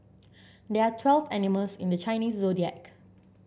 there are twelve animals in the Chinese Zodiac